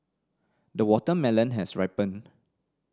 the watermelon has ripened